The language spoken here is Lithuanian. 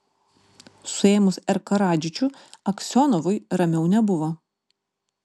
suėmus r karadžičių aksionovui ramiau nebuvo